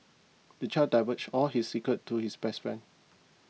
the child divulged all his secrets to his best friend